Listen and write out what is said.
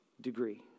degree